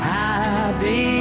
happy